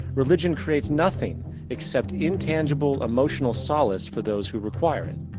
religion creates nothing except intangible emotional solace for those who require it.